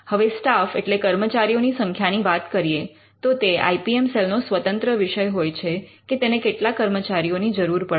હવે સ્ટાફ એટલે કર્મચારીઓની સંખ્યાની વાત કરીએ તો તે આઇ પી એમ સેલ નો સ્વતંત્ર વિષય હોય છે કે તેને કેટલા કર્મચારીઓની જરૂર પડશે